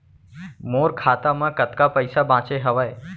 मोर खाता मा कतका पइसा बांचे हवय?